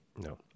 No